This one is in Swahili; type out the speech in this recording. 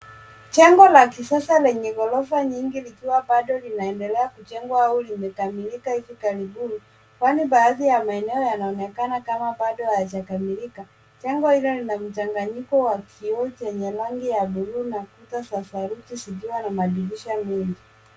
Jengo la kisasa lenye ghorofa nyingi likiwa bado linaendelea kujengwa au limekamilika hivi karibuni kwani baadhi ya maeneo yanaonekana kama bado hayajakamililika. Jengo hilo lina mchanganyiko wa kioo chenye rangi ya blue na kuta za saruji zikiwa na madirisha mengi.